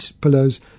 pillows